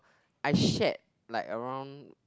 I shared like around